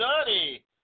study